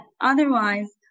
otherwise